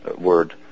word